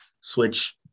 switch